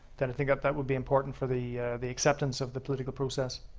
then i think that that would be important for the the acceptance of the political process.